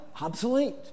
Obsolete